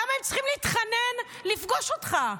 למה הם צריכים להתחנן לפגוש אותך?